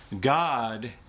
God